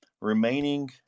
remaining